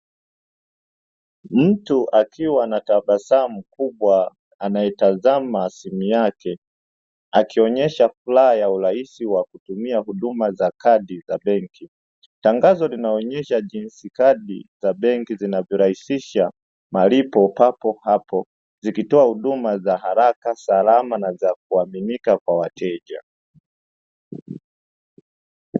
Mtu akiwa na tabasamu kubwa anayetazama simu yake akionyesha furaha ya urahisi wa kutumia huduma za kadi za benki, tangazo linaonyesha jinsi gani kadi za benki zinaturahisisha malipo papo hapo, zikitoa huduma za haraka salama na cha kuaminika kwa wateja.